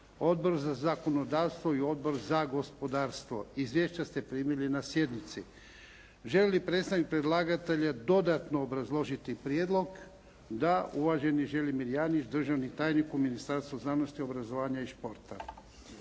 Odbor za zakonodavstvo i Odbor za gospodarstvo. Izvješća ste primili na sjednici. Želi li predstavnik predlagatelja dodatno obrazložiti prijedlog? Da. Uvaženi Želimir Janjić, državni tajnik u Ministarstvu znanosti, obrazovanja i športa.